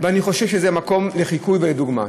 ואני חושב שזה מקור לחיקוי ולדוגמה.